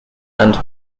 and